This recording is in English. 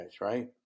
right